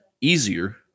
easier